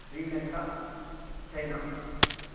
Sri Lanka China